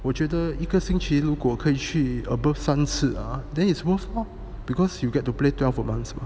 我觉得一个星期如果可以去 above 三次 ah then it's worth lor because you get to play twelve a month mah